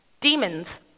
demons